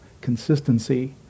consistency